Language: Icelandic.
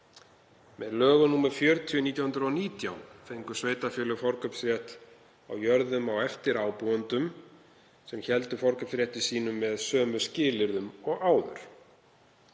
Með lögum nr. 40/1919 fengu sveitarfélög forkaupsrétt á jörðum á eftir ábúendum sem héldu forkaupsrétti sínum með sömu skilyrðum og áður.